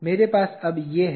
मेरे पास अब ये है